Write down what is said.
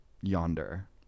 yonder